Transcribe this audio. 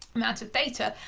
amount of data.